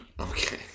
Okay